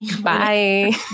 Bye